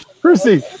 Chrissy